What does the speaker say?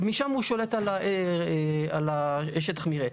משם הוא שולט על שטח המרעה.